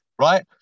Right